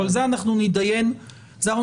אבל על זה אנחנו נתדיין בהמשך.